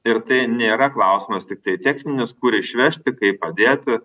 ir tai nėra klausimas tiktai techninis kur išvežti kaip padėti